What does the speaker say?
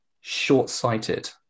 short-sighted